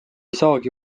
saagi